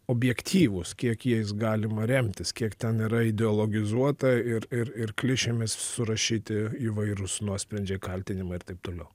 objektyvūs kiek jais galima remtis kiek ten yra ideologizuota ir ir ir klišėmis surašyti įvairūs nuosprendžiai kaltinimai ir taip toliau